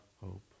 hope